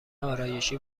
آرایشی